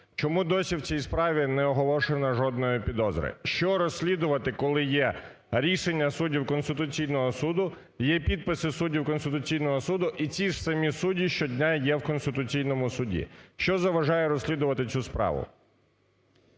Чому досі в цій справі не оголошено жодної підозри? Що розслідувати, коли є рішення суддів Конституційного Суду, є підписи суддів Конституційного Суду і ці ж самі судді щодня є в Конституційному Суді? Що заважає розслідувати цю справу?